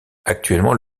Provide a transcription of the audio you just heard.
actuellement